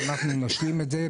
ואנחנו נשלים את זה,